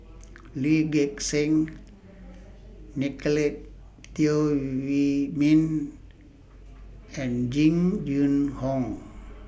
Lee Gek Seng Nicolette Teo Wei Min and Jing Jun Hong